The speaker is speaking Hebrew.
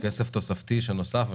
בכסף תוספתי שנוסף.